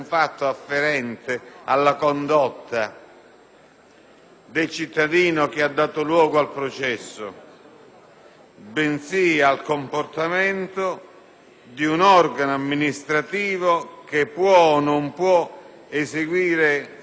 del cittadino che ha dato luogo al processo, bensì al comportamento di un organo amministrativo che può o meno eseguire un provvedimento di espulsione.